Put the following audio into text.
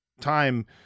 time –